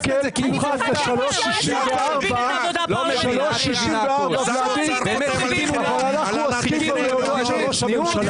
השקל פוחת ב-3.64 ואנחנו עוסקים במעונות של ראש הממשלה.